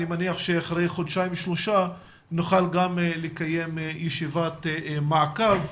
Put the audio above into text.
אני מניח שאחרי חודשיים-שלושה נוכל גם לקיים ישיבת מעקב.